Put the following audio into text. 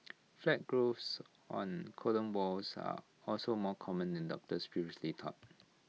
flat growths on colon walls are also more common than doctors previously thought